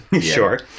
Sure